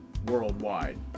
worldwide